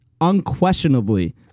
unquestionably